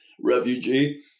refugee